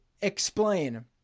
explain